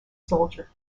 soldier